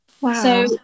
wow